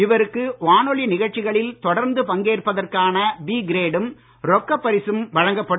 இவருக்கு வானொலி நிகழ்ச்சிகளில் தொடர்ந்து பங்கேற்பதற்கான பி கிரேடும் ரொக்கப் பரிசும் வழங்கப்படும்